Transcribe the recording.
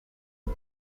the